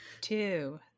two